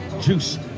juice